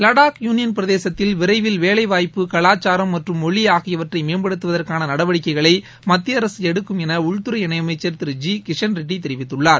Ladakh union பிரதேசத்தில் விரைவில் வேலைவாய்ப்பு கவாச்சாரம் மற்றும் மொழி ஆகியவற்றை மேம்படுத்துவதற்கான நடவடிக்கைகளை மத்திய அரசு எடுக்கும் என உள்துறை இணையமைச்சர் திரு ஜி கிஷன்ரெட்டி தெரிவித்துள்ளார்